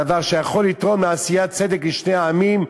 דבר שיכול לגרום לעשיית צדק לשני העמים,